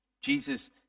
Jesus